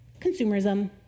consumerism